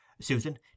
susan